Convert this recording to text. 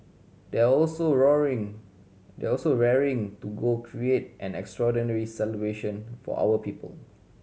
they are also they are also raring to go create an extraordinary celebration for our people